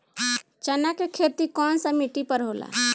चन्ना के खेती कौन सा मिट्टी पर होला?